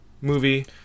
movie